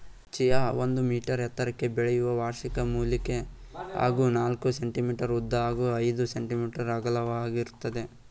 chia ಒಂದು metre ಎತ್ತರಕ್ಕೆ ಬೆಳೆಯುವ ವಾರ್ಷಿಕ ಮೂಲಿಕೆ ಹಾಗೂ ನಾಲ್ಕು ಸೆ.ಮೀ ಉದ್ದ ಹಾಗೂ ಐದು ಸೆ.ಮೀ ಅಗಲವಾಗಿರ್ತದೆ